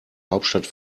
hauptstadt